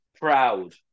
Proud